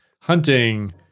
hunting